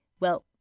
well,